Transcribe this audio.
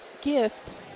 gift